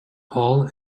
paul